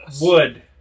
Wood